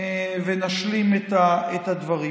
ונשלים את הדברים.